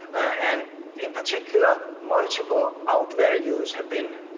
and in particular multiple out values have been.